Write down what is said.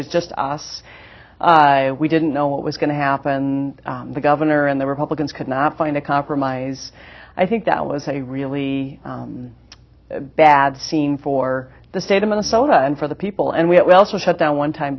was just us we didn't know what was going to happen the governor and the republicans could not find a compromise i think that was a really bad scene for the state of minnesota and for the people and we also shut down one time